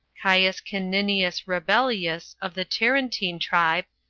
caius caninius rebilius of the terentine tribe,